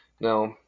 Now